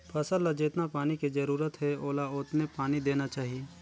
फसल ल जेतना पानी के जरूरत हे ओला ओतने पानी देना चाही